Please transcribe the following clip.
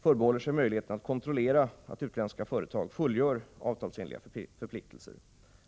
förbehåller sig möjligheten att kontrollera att utländska företag fullgör avtalsenliga förpliktelser.